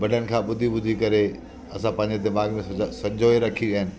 वॾनि खां ॿुधी ॿुधी करे असां पंहिंजे दिमाग में संजोए रखियूं आहिनि